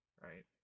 right